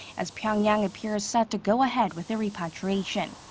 as pyongyang appears set to go ahead with the repatriation.